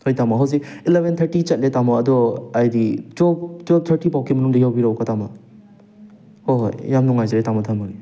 ꯍꯣꯏ ꯇꯥꯃꯣ ꯍꯧꯖꯤꯛ ꯑꯦꯂꯚꯦꯟ ꯊꯥꯔꯇꯤ ꯆꯠꯂꯦ ꯇꯥꯃꯣ ꯑꯗꯣ ꯍꯥꯏꯗꯤ ꯇꯨꯋꯦꯜꯞ ꯇꯨꯋꯦꯜꯞ ꯊꯥꯔꯇꯤ ꯐꯥꯎꯒꯤ ꯃꯅꯨꯡꯗ ꯌꯧꯕꯤꯔꯛꯎꯀꯣ ꯇꯥꯃꯣ ꯍꯣꯏ ꯍꯣꯏ ꯌꯥꯝ ꯅꯨꯡꯉꯥꯏꯖꯔꯦ ꯇꯥꯃꯣ ꯊꯝꯃꯒꯦ